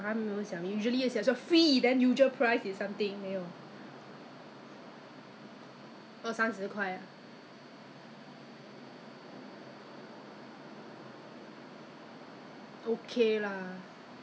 my present product at that time I still had product so I told the person how am I going to mix and use whatever I have so 我跟他讲我有什么东西 so 他就帮我 lor 他跟我 label 到这个那个然后你的这个这个就全部跟我 you know step by step 跟我写好好